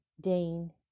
Dane